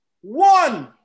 one